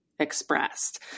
expressed